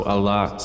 Allah